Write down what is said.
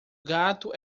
gato